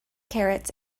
carrots